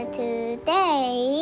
today